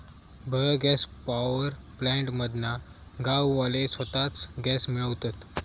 bio gas power plant मधना गाववाले स्वताच गॅस मिळवतत